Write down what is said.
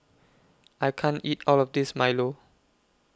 I can't eat All of This Milo